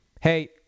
Hey